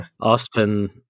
Austin